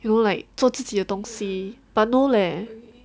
you know like 做自己的东西 but no leh